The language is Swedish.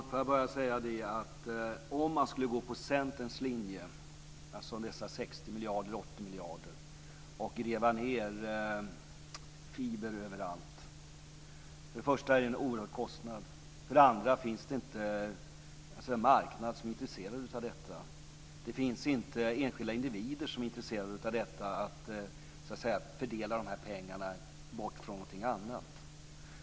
Fru talman! 0m man skulle gå på Centerns linje med dessa 60 eller 80 miljarder och gräva ned fiber överallt så är det för det första en oerhörd kostnad. För det andra finns det inte en marknad som är intresserad av detta. Det finns inte enskilda individer som är intresserade av att fördela de här pengarna bort från någonting annat.